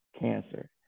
cancer